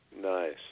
Nice